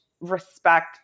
respect